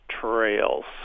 trails